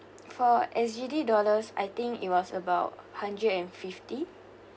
for S_G_D dollars I think it was about hundred and fifty